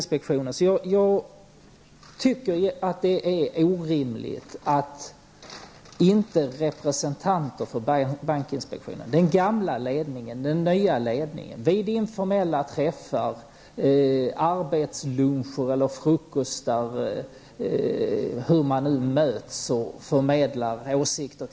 Det är enligt min uppfattning obegripligt att inte representanter för bankinspektionen vid sina informella träffar med den nya och gamla ledningen för Nordbanken -- det kan ha varit i samband med luncher eller frukostar -- har diskuterat frågan om Nordbankens affärer.